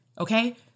Okay